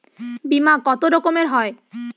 বিমা কত রকমের হয়?